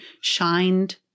shined